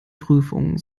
prüfung